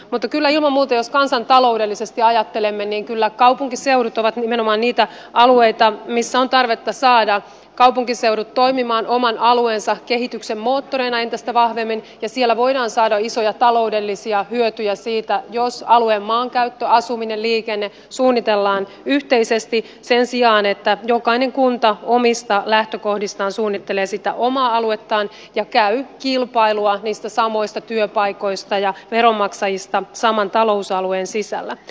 mutta kyllä ilman muuta jos kansantaloudellisesti ajattelemme kaupunkiseudut ovat nimenomaan niitä alueita missä on tarvetta saada ne toimimaan oman alueensa kehityksen moottoreina entistä vahvemmin ja siellä voidaan saada isoja taloudellisia hyötyjä siitä jos alueen maankäyttö asuminen liikenne suunnitellaan yhteisesti sen sijaan että jokainen kunta omista lähtökohdistaan suunnittelee sitä omaa aluettaan ja käy kilpailua niistä samoista työpaikoista ja veronmaksajista saman talousalueen sisällä